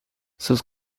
sus